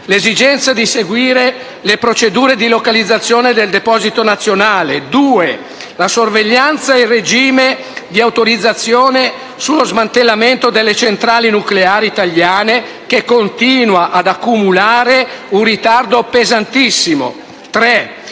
l'esigenza di seguire le procedure di localizzazione del Deposito nazionale dei rifiuti radioattivi; la sorveglianza e il regime di autorizzazione sullo smantellamento delle centrali nucleari italiane, che continua ad accumulare un ritardo pesantissimo; la